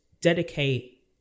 dedicate